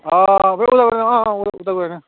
अ अ उदालगुरियावनो